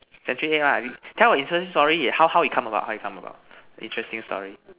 century egg ah tell a interesting story how how it come about how it come about interesting story